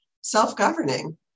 self-governing